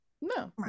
No